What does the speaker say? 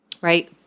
right